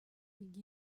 leido